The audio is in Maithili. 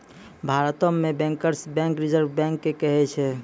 भारतो मे बैंकर्स बैंक रिजर्व बैंक के कहै छै